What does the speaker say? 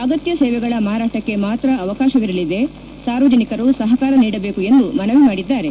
ಅಗತ್ಯ ಸೇವೆಗಳ ಮಾರಾಟಕ್ಕೆ ಮಾತ್ರ ಅವಕಾಶವಿರಲಿದೆ ಸಾರ್ವಜನಿಕರು ಸಹಕಾರ ನೀಡಬೇಕು ಎಂದು ಮನವಿ ಮಾಡಿದ್ದಾರೆ